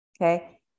okay